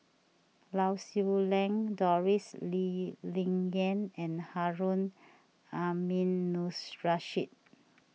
Lau Siew Lang Doris Lee Ling Yen and Harun Aminurrashid